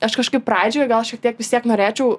aš kažkaip pradžioj gal šiek tiek vis tiek norėčiau